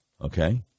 Okay